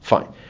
Fine